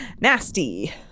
Nasty